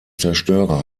zerstörer